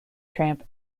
tramp